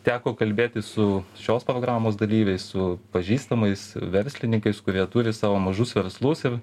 teko kalbėti su šios programos dalyviais su pažįstamais verslininkais kurie turi savo mažus verslus ir